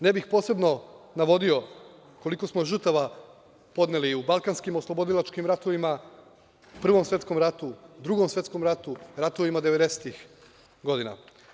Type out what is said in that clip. Ne bih posebno navodio koliko smo žrtava podneli u balkanskim oslobodilačkim ratovima, Prvom svetskom ratu, Drugom svetskom ratu, ratovima 90-ih godina.